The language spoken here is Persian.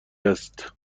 است